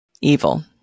Evil